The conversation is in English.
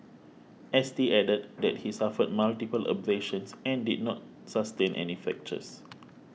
S T added that he suffered multiple abrasions and did not sustain any fractures